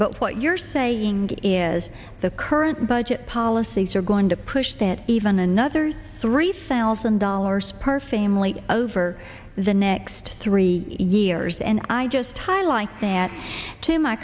but what you're saying is the current budget policies are going to push that even another three thousand dollars per family over the next three years and i just highlight that to my